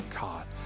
God